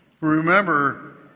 remember